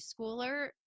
schooler